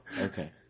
Okay